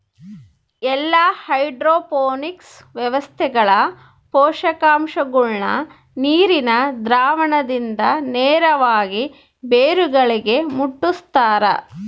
ಎಲ್ಲಾ ಹೈಡ್ರೋಪೋನಿಕ್ಸ್ ವ್ಯವಸ್ಥೆಗಳ ಪೋಷಕಾಂಶಗುಳ್ನ ನೀರಿನ ದ್ರಾವಣದಿಂದ ನೇರವಾಗಿ ಬೇರುಗಳಿಗೆ ಮುಟ್ಟುಸ್ತಾರ